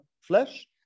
flesh